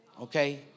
Okay